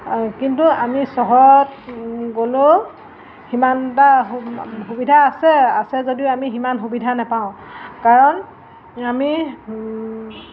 কিন্তু আমি চহৰত গ'লেও সিমান এটা সুবিধা আছে আছে যদিও আমি সিমান সুবিধা নেপাওঁ কাৰণ আমি